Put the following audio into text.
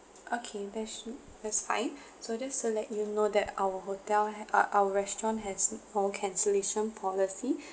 okay that should that's fine so just to let you know that our hotel ha~ uh our restaurant has all cancellation policy